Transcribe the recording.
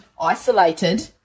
isolated